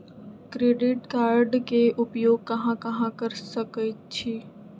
Credit card के उपयोग कहां कहां कर सकईछी?